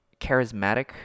charismatic